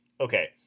Okay